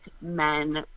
men